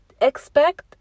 expect